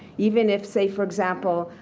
even if, say for example,